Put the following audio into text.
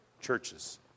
churches